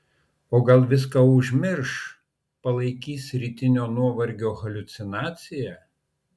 o gal viską užmirš palaikys rytinio nuovargio haliucinacija